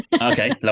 Okay